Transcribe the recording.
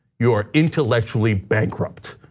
you're intellectually bankrupt.